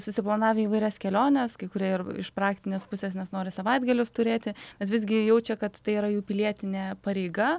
susiplanavę įvairias keliones kai kurie ir iš praktinės pusės nes nori savaitgalius turėti nes visgi jaučia kad tai yra jų pilietinė pareiga